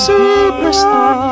Superstar